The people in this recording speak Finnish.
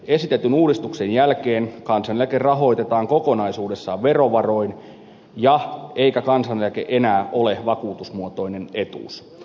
esitetyn uudistuksen jälkeen kansaneläke rahoitetaan kokonaisuudessaan verovaroin eikä kansaneläke enää ole vakuutusmuotoinen etuus